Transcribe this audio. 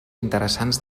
interessants